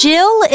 Jill